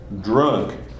drunk